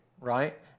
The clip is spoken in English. right